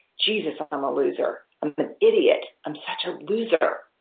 jesus, i'm a loser. i'm an idiot. i'm such a loser.